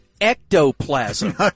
Ectoplasm